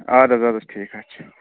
اَدٕ حظ اَدٕ حظ ٹھیٖک حظ چھُ